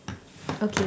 okay